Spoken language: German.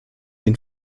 den